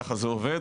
ככה זה עובד.